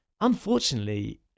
unfortunately